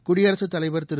குடியரசுத் தலைவர் திரு